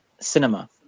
cinema